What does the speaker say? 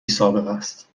سابقست